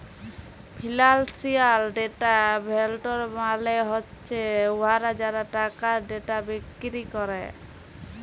financial data vendor মালে হছে উয়ারা যারা টাকার ডেটা বিক্কিরি ক্যরে